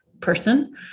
person